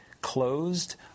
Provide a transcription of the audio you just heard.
closed